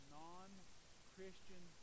non-Christian